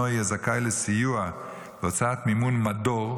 יהיה זכאי לסיוע והוצאת מימון מדור,